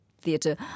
theatre